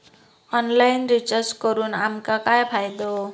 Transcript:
Online recharge करून आमका काय फायदो?